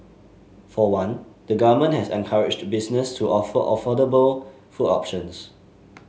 for one the Government has encouraged businesses to offer affordable food options